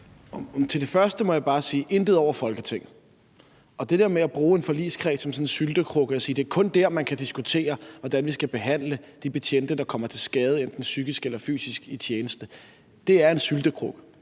Til det første må jeg bare sige: Intet over Folketinget. Og det der med at bruge en forligskreds på sådan en måde, hvor man siger, at det kun er der, man kan diskutere, hvordan vi skal behandle de betjente, der kommer til skade enten psykisk eller fysisk i tjenesten, er en syltekrukke.